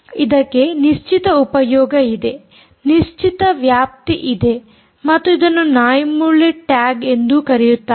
ಇದಕ್ಕೆ ನಿಶ್ಚಿತ ಉಪಯೋಗ ಇದೆ ನಿಶ್ಚಿತ ವ್ಯಾಪ್ತಿ ಇದೆ ಮತ್ತು ಇದನ್ನು ನಾಯಿ ಮೂಳೆ ಟ್ಯಾಗ್ ಎಂದು ಕರೆಯುತ್ತಾರೆ